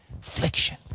affliction